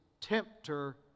tempter